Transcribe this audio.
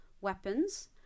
weapons